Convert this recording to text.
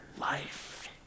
life